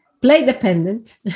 play-dependent